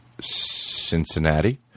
Cincinnati